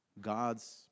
God's